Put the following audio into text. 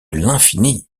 l’infini